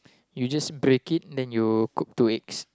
you just break it then you cook two eggs